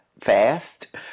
fast